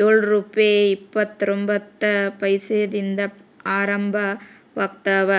ಯೊಳ್ ರುಪೆ ಇಪ್ಪತ್ತರೊಬಂತ್ತ ಪೈಸೆದಿಂದ ಪ್ರಾರಂಭ ಆಗ್ತಾವ